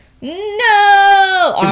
no